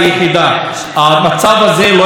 כי אנשים עוד פעם נהרגים,